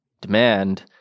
demand